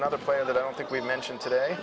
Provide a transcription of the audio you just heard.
another player that i don't think we mention today